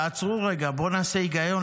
עצרו רגע, בוא נעשה היגיון.